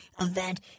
event